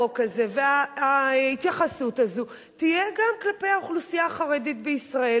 החוק הזה וההתייחסות הזאת תהיה גם כלפי האוכלוסייה החרדית בישראל.